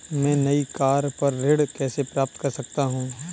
मैं नई कार पर ऋण कैसे प्राप्त कर सकता हूँ?